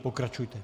Pokračujte.